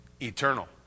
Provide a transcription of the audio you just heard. eternal